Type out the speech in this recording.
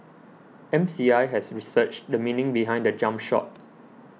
M C I has researched the meaning behind the jump shot